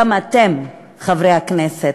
וגם אתם, חברי הכנסת,